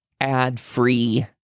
ad-free